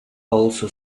also